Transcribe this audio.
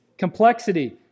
complexity